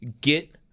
get